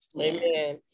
Amen